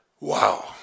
Wow